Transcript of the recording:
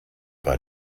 bei